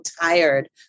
tired